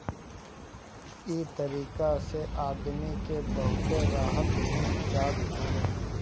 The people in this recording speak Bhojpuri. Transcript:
इ तरीका से आदमी के बहुते राहत मिल जात हवे